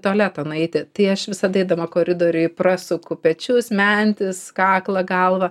tualeto nueiti tai aš visada eidama koridoriuj prasuku pečius mentis kaklą galvą